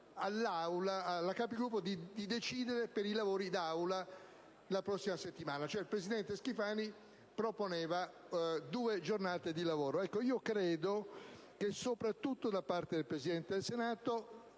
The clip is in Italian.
in Capigruppo di decidere per i lavori dell'Assemblea della prossima settimana: il presidente Schifani proponeva cioè due giornate di lavoro. Ecco, credo che soprattutto da parte del Presidente del Senato